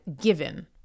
given